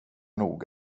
nog